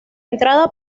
entrada